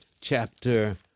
chapter